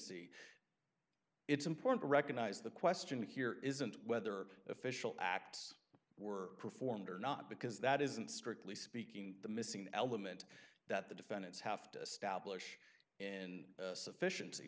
to recognize the question here isn't whether official acts were performed or not because that isn't strictly speaking the missing element that the defendants have to establish in sufficient